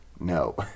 No